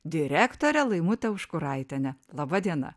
direktorę laimutę užkuraitienę laba diena